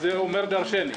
זה אומר דרשני.